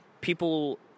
people